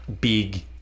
Big